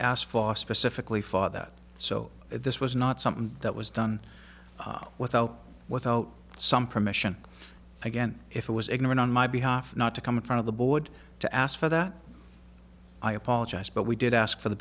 for specifically for that so this was not something that was done without without some permission again if it was ignorant on my behalf not to come in front of the board to ask for that i apologize but we did ask for the